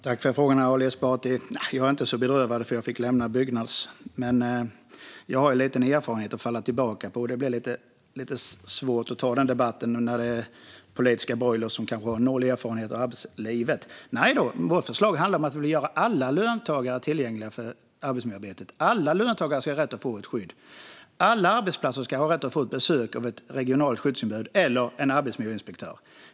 Herr talman! Tack för frågorna, Ali Esbati! Nej, jag är inte så bedrövad över att jag fick lämna Byggnads. Jag har lite erfarenhet att falla tillbaka på. Det blir lite svårt att ta debatten med politiska broilrar som kanske har noll erfarenhet av arbetslivet. Nej, vårt förslag handlar om att vi vill att alla löntagare ska omfattas av arbetsmiljöarbetet. Alla löntagare ska ha rätt att få skydd. Alla arbetsplatser ska ha rätt att få besök av ett regionalt skyddsombud eller en arbetsmiljöinspektör.